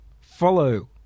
follow